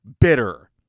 bitter